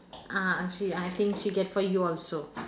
ah she I think she get for you also